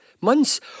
Months